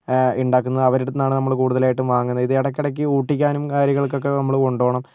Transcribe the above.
ഉണ്ടാക്കുന്നത് അവരുടെ അടുത്ത് നിന്നാണ് കൂടുതലായിട്ടും വാങ്ങുന്നത് ഇത് ഇടയ്ക്കിടയ്ക്ക് ഒട്ടിക്കാനും കാര്യങ്ങൾക്കൊക്കെ നമ്മള് കൊണ്ട് പോകണം